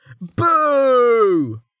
Boo